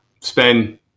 spend